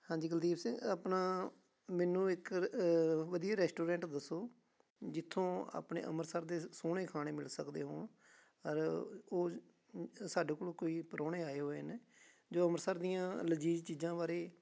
ਹਾਂਜੀ ਕੁਲਦੀਪ ਸਿੰਘ ਆਪਣਾ ਮੈਨੂੰ ਇੱਕ ਵਧੀਆ ਰੈਸਟੋਰੈਂਟ ਦੱਸੋ ਜਿੱਥੋਂ ਆਪਣੇ ਅੰਮ੍ਰਿਤਸਰ ਦੇ ਸ ਸੋਹਣੇ ਖਾਣੇ ਮਿਲ ਸਕਦੇ ਹੋਣ ਔਰ ਉਹ ਸਾਡੇ ਕੋਲ ਕੋਈ ਪ੍ਰਾਹੁਣੇ ਆਏ ਹੋਏ ਨੇ ਜੋ ਅੰਮ੍ਰਿਤਸਰ ਦੀਆਂ ਲਜ਼ੀਜ਼ ਚੀਜ਼ਾਂ ਬਾਰੇ